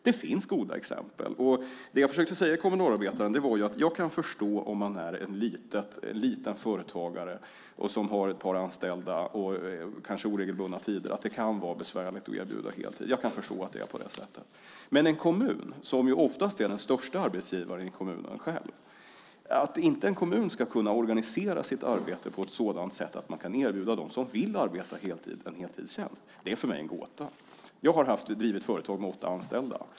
Det finns alltså goda exempel. Det jag försökte säga i Kommunalarbetaren var att jag kan förstå att om man är en liten företagare med ett par anställda och kanske oregelbundna tider kan det vara besvärligt att erbjuda heltid. Jag kan förstå att det är på det sättet. Men en kommun är oftast den största arbetsgivaren i kommunen. Att en kommun inte ska kunna organisera sitt arbete på ett sådant sätt att man kan erbjuda dem som vill arbeta heltid en heltidstjänst är för mig en gåta. Jag har drivit företag med åtta anställda.